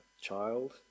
child